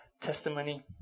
testimony